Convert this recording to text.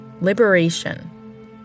Liberation